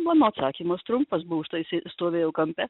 mano atsakymas trumpas buvo už tai sė stovėjau kampe